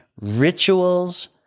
rituals